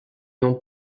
non